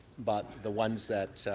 but the ones that